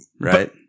right